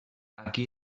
aquí